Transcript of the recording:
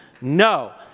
No